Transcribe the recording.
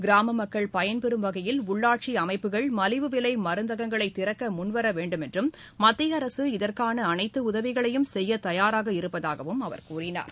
கிராமமக்கள் பயன்பெறும் வகையில் உள்ளாட்சிஅமைப்புகள் மலிவு விலைமருந்தகங்களைத் திறக்கமுன்வரவேண்டும் என்றும் மத்தியஅரசு இதற்கானஅனைத்துடதவிகளையும் செய்யத் தயாராக இருப்பதாகவும் அவர் கூறினார்